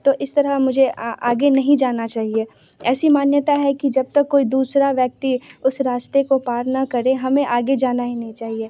तो इस तरह मुझे आगे नहीं जाना चाहिए ऐसी मान्यता है कि जब तक कोई दूसरा व्यक्ति उस रास्ते को पार ना करे हमें आगे जाना ही नहीं चाहिए